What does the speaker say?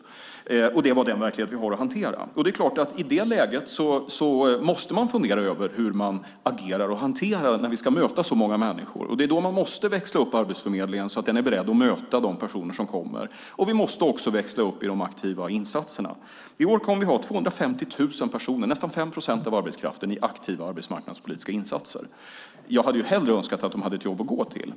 Det är den verklighet vi har att hantera. I det läget måste man fundera över hur man agerar och hanterar det när vi ska möta så många människor. Det är då man måste växla upp Arbetsförmedlingen så att den är beredd att möta de personer som kommer. Vi måste också växla upp i de aktiva insatserna. I år kommer vi att ha 250 000 personer, nästan 5 procent av arbetskraften, i aktiva arbetsmarknadspolitiska insatser. Jag hade hellre önskat att de hade haft ett jobb att gå till.